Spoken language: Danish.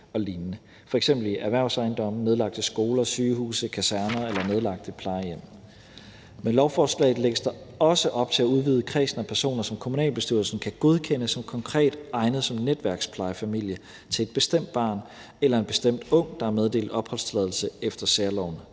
f.eks. i erhvervsejendomme, nedlagte skoler, sygehuse, kaserner eller nedlagte plejehjem. Med lovforslaget lægges der også op til at udvide kredsen af personer, som kommunalbestyrelsen kan godkende som konkret egnede som netværksplejefamilie til et bestemt barn eller en bestemt ung, der er meddelt opholdstilladelse efter særloven.